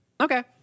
Okay